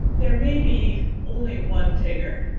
there may be only one tigger,